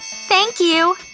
thank you.